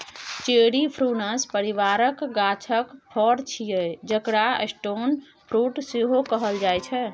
cherry prunus परिबारक गाछक फर छियै जकरा स्टोन फ्रुट सेहो कहल जाइ छै